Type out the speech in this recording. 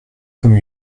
comme